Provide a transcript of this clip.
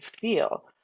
feel